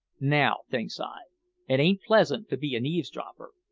now, thinks i, it ain't pleasant to be an eavesdropper,